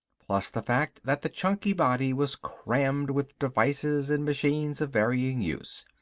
plus the fact that the chunky body was crammed with devices and machines of varying use.